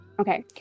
Okay